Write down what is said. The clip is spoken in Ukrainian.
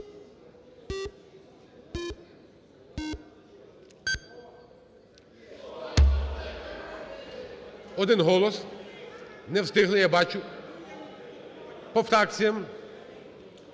Один голос. Не встигли, я бачу. По фракціям.